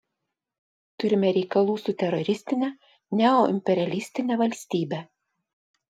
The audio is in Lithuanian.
turime reikalų su teroristine neoimperialistine valstybe